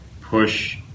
push